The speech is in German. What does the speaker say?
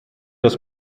das